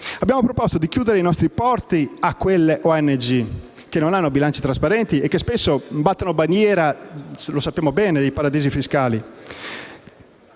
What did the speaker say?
Abbiamo proposto di chiudere i nostri porti a quelle ONG che non hanno bilanci trasparenti e che spesso battono bandiera di Paesi paradisi fiscali.